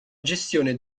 gestione